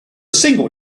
single